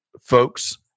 folks